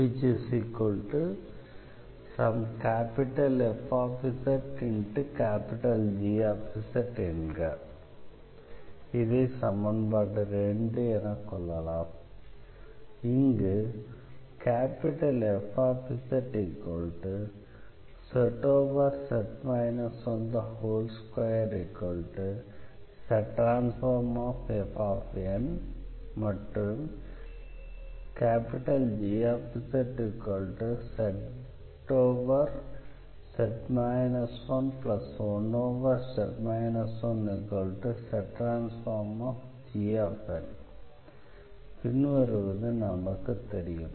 Gz say இங்கு Fzzz 12Zfமற்றும் Gzzz 11z 1Zg பின்வருவது நமக்குத்தெரியும்